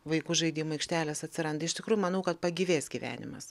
vaikų žaidimų aikštelės atsiranda iš tikrųjų manau kad pagyvės gyvenimas